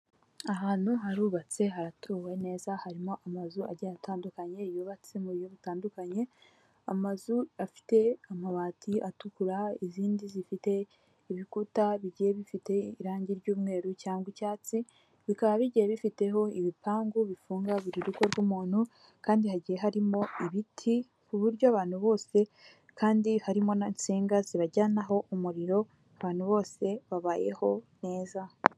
Aha hantu harubatse haratuwe neza, harimo amazu agiye atandukanye yubatse mu buryo butandukanye, amazu afite amabati atukura izindi zifite ibikuta bigiye bifite irangi ry'umweru cyangwa icyatsi, bikaba bigiye bifiteho ibipangu bifunga buri rugo rw'umuntu, kandi hagiye harimo ibiti, ku buryo abantu bose, kandi harimo n'insinga zibajyanaho umuriro abantu bose babayeho neza.